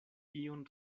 ion